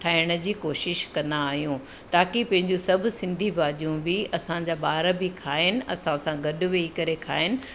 ठाहिण जी कोशिशि कंदा आहियूं ताकी पंहिंजी सभु सिंधी भाॼियूं बि असांजा ॿार बि खाइनि असांसां गॾु वेही करे खाइनि ऐं